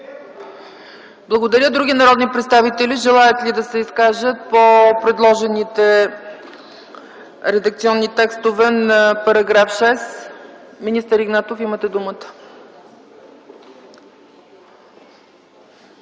Благодаря. Други народни представители желаят ли да се изкажат по предложените редакционни текстове на § 6? Министър Игнатов, имате думата.